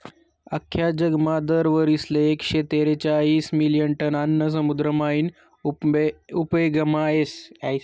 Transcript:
आख्खा जगमा दर वरीसले एकशे तेरेचायीस मिलियन टन आन्न समुद्र मायीन उपेगमा येस